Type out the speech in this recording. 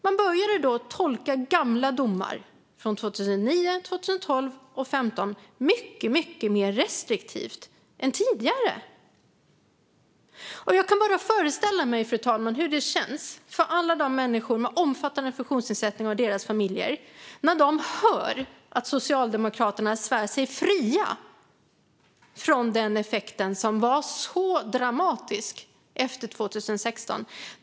De började då att tolka gamla domar från 2009, 2012 och 2015 mycket mer restriktivt än tidigare. Fru talman! Jag kan bara föreställa mig hur det känns för alla människor med omfattande funktionsnedsättning och deras familjer när de hör att Socialdemokraterna svär sig fria från den effekten, som var så dramatisk efter 2016.